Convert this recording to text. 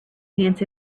hands